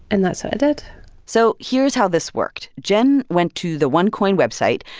and that's what i did so here's how this worked. jen went to the onecoin website,